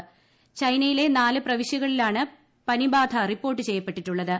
ച്ചൈന്റ്യിലെ നാല് പ്രവിശ്യകളിലാണ് പനിബാധ റിപ്പോർട്ട് ചെയ്യപ്പെട്ടിട്ടുള്ളത്